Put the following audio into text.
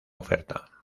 oferta